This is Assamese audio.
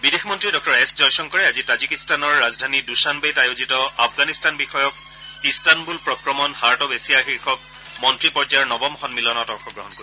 বিদেশ মন্ত্ৰী ডঃ এছ জয়শংকৰে আজি তাজিকিস্তানৰ ৰাজধানী দুশানবেত আয়োজিত আফগানিস্তান বিষয়ক ইস্তানবুল প্ৰক্ৰমণ হাৰ্ট অব্ এছিয়া শীৰ্ষক মন্ত্ৰী পৰ্যায়ৰ নৱম সন্মিলনত অংশগ্ৰহণ কৰিব